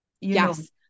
Yes